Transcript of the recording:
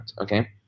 okay